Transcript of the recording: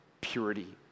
purity